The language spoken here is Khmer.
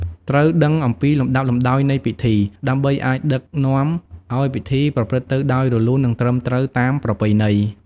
ត្រូវដឹងអំពីលំដាប់លំដោយនៃពិធី ដើម្បីអាចដឹកនាំឲ្យពិធីប្រព្រឹត្តទៅដោយរលូន និងត្រឹមត្រូវតាមប្រពៃណី។